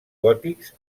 gòtics